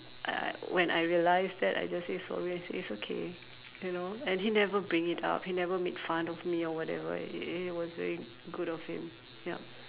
I I when I realise that I just say sorry he say it's okay you know and he never bring it up he never made fun of me or whatever it it was very good of him ya